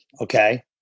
okay